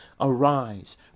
Arise